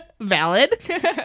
Valid